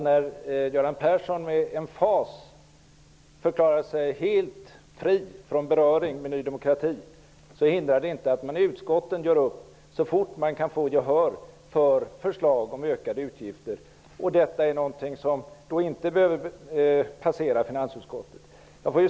När Göran Persson med emfas förklarar sig helt fri från beröring med Ny demokrati innebär det inte att man i utskotten gör upp så fort man kan få gehör för förslag om ökade utgifter. Detta är då någonting som inte behöver passera finansutskottet.